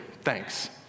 thanks